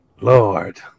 Lord